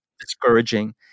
discouraging